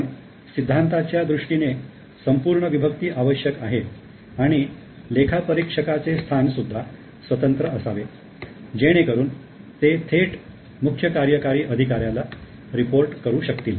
पण सिद्धांताच्या दृष्टीने संपूर्ण विभक्ती आवश्यक आहे आणि लेखापरीक्षकाचे स्थान सुद्धा स्वतंत्र असावे जेणेकरून ते थेट मुख्य कार्यकारी अधिकाऱ्याला रिपोर्ट करू शकतील